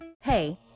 Hey